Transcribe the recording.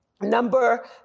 Number